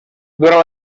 durant